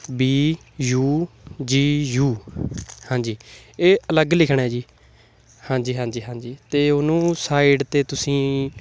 B U G U ਹਾਂਜੀ ਇਹ ਅਲੱਗ ਲਿਖਣਾ ਜੀ ਹਾਂਜੀ ਹਾਂਜੀ ਹਾਂਜੀ ਅਤੇ ਉਹਨੂੰ ਸਾਈਡ 'ਤੇ ਤੁਸੀਂ